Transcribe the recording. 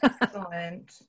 excellent